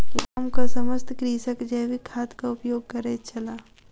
गामक समस्त कृषक जैविक खादक उपयोग करैत छल